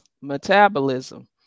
metabolism